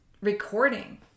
recording